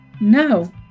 No